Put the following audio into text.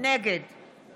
נגד